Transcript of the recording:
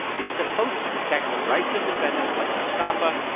it's supposed to protect the rights of defendants like mustafa,